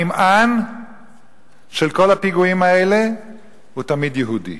הנמען של כל הפיגועים האלה הוא תמיד יהודי,